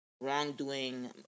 wrongdoing